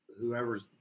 whoever's